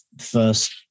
first